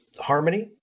harmony